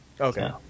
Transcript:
Okay